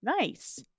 Nice